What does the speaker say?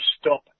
stop